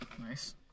Nice